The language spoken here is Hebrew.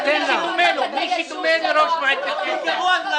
מי שדומה לראש מועצת יש"ע.